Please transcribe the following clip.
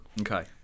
Okay